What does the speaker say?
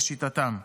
לשיטתם.